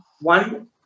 one